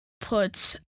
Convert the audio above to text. put